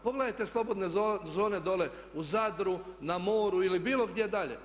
Pogledajte slobodne zone dolje u Zadru na moru ili bilo gdje dalje.